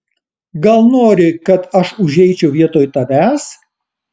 gal nori kad aš užeičiau vietoj tavęs